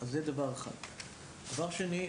דבר שני,